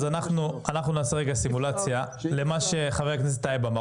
אנחנו נעשה רגע סימולציה למה שחבר הכנסת טייב אמר.